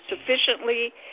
sufficiently